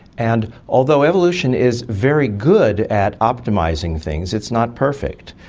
and although evolution is very good at optimising things, it's not perfect.